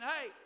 Hey